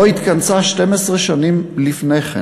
שלא התכנסה 12 שנים לפני כן.